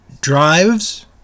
drives